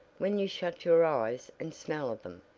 when you shut your eyes and smell of them.